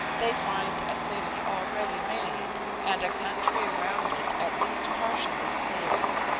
they find a city already made, and a country around it at least partially cleared.